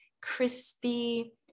crispy